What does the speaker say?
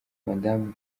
madamu